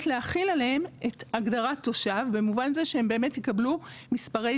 להחיל עליהם את הגדרת תושב במובן זה שהם באמת יקבלו מספרי